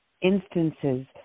instances